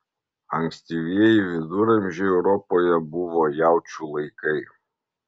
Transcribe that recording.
ankstyvieji viduramžiai europoje buvo jaučių laikai